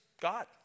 God